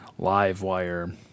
Livewire